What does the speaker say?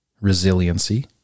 resiliency